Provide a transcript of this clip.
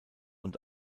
und